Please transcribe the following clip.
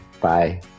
Bye